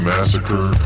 Massacre